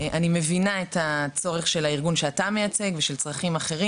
אני מבינה את הצורך של הארגון שאתה מייצג ושל צרכים אחרים.